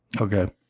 okay